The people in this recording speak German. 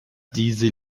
diese